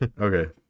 okay